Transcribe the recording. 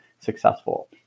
successful